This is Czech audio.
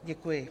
Děkuji.